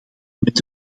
met